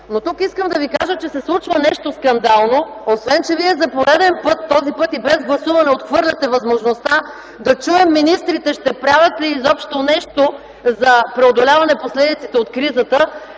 Но тук искам да ви кажа, че се случва нещо скандално. Освен че Вие за пореден път, този път и без гласуване, отхвърляте възможността да чуем министрите ще правят ли изобщо нещо за преодоляване последиците от кризата,